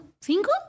Cinco